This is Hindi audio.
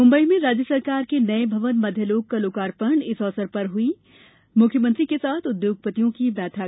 मुम्बई में राज्य सरकार के नये भवन मध्यालोक का लोकार्पण इस अवसर पर हुई मुख्यमंत्री के साथ उद्योगपतियों की बैठक